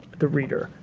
the reader.